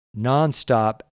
nonstop